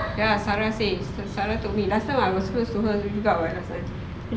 ya sara says sara told me last time I was close to her juga [what] last time